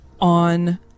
on